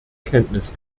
kenntnis